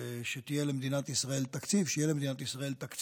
שיהיה למדינת ישראל תקציב,